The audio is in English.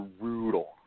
brutal